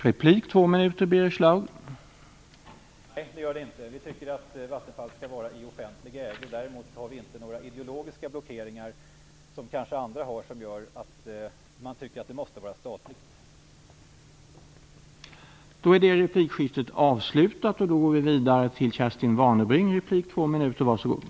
Herr talman! Nej, det gör det inte. Vi tycker att Vattenfall skall förbli i offentlig ägo. Däremot har vi inte - som andra kanske har - några ideologiska blockeringar som leder till att vi menar att Vattenfall måste vara statligt.